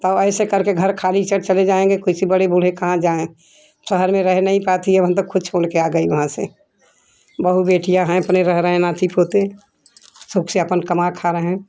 बताओ ऐसे करके घर खाली कर चल चलें जाएंगे कैसें बड़े बूढ़े कहाँ जाए शहर में रह नहीं पाती हैं हम त ख़ुद छोड़ कर आ गई वहाँ से बहू बेटियाँ हैं अपने रह रहें नाती पोते सुख से आपन कमा खा रहें हैं